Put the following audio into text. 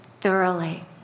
thoroughly